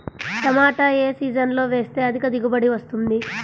టమాటా ఏ సీజన్లో వేస్తే అధిక దిగుబడి వస్తుంది?